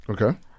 Okay